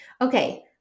Okay